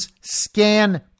scan